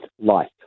life